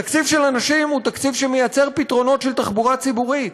תקציב של אנשים הוא תקציב שמייצר פתרונות של תחבורה ציבורית.